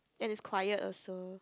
and it's quite also